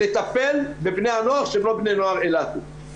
לטפל בבני הנוער שהם לא בני נוער אילתים.